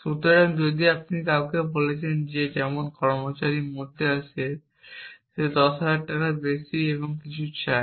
সুতরাং আপনি যদি কাউকে বলছেন যেমন কর্মচারীর মধ্যে আছে সে 10000 টাকার বেশি এবং কিছু চায়